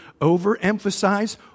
overemphasize